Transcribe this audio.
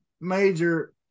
major